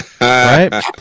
right